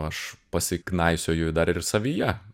aš pasiknaisioju dar ir savyje